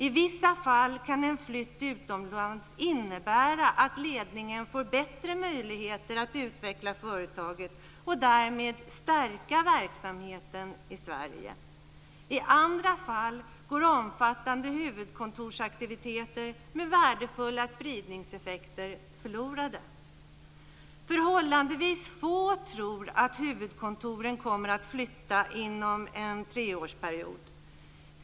I vissa fall kan en flytt utomlands innebära att ledningen får bättre möjligheter att utveckla företaget och därmed stärka verksamheten i Sverige. I andra fall går omfattande huvudkontorsaktiviteter med värdefulla spridningseffekter förlorade. Förhållandevis få tror att huvudkontoren kommer att flytta inom en treårsperiod.